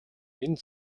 энэ